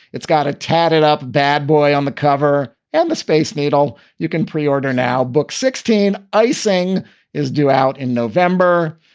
it's got a tad it up bad boy on the cover and the space needle you can preorder now book sixteen icing is due out in november.